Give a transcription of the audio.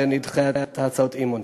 ונדחה את הצעות האי-אמון.